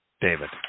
David